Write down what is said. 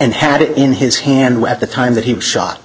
and had it in his hand when at the time that he was shot